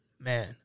man